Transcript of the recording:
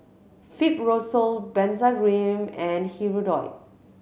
Fibrosol Benzac Cream and Hirudoid